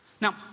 Now